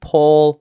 Paul